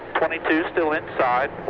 twenty two still inside.